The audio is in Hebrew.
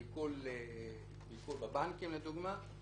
עיקול בבנקים לדוגמה,